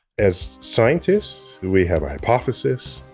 as scientists, we have a hypothesis,